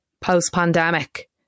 post-pandemic